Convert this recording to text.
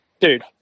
dude